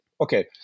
okay